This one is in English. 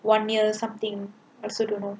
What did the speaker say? one year or something I also don't know